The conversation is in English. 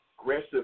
aggressive